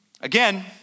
Again